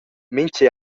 mintga